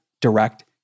direct